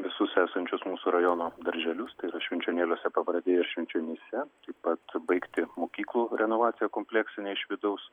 visus esančius mūsų rajono darželius tai yra švenčionėliuose pabradėje ir švenčionyse taip pat baigti mokyklų renovaciją kompleksinę iš vidaus